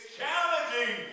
challenging